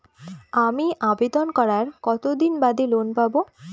আমি আবেদন করার কতদিন বাদে লোন পাব?